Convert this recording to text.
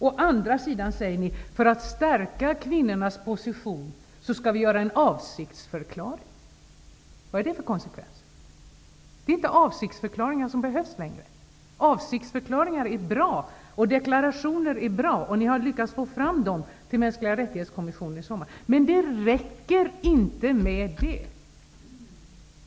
Å andra sidan säger ni: För att stärka kvinnornas position skall vi göra en avsiktsförklaring. Vad är det för konsekvens? Det behövs inte längre några avsiktsförklaringar. Era avsiktsförklaringar och deklarationer är bra, och ni har lyckats att få fram dem till Kommissionen för mänskliga rättigheter inför sommaren, men det räcker inte med det.